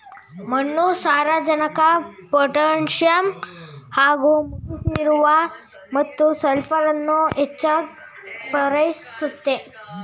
ಮಣ್ಣು ಸಾರಜನಕ ಪೊಟ್ಯಾಸಿಯಮ್ ಹಾಗೂ ಮೆಗ್ನೀಸಿಯಮ್ ಮತ್ತು ಸಲ್ಫರನ್ನು ಹೆಚ್ಚಾಗ್ ಪೂರೈಸುತ್ತೆ